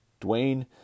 Dwayne